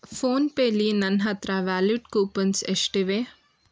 ಫೋನ್ಪೇಲಿ ನನ್ನ ಹತ್ತಿರ valid coupons ಎಷ್ಟಿವೆ